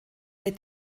mit